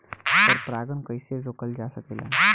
पर परागन कइसे रोकल जा सकेला?